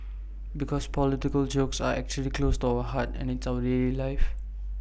because political jokes are actually close to our heart and it's our daily life